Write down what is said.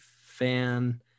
fan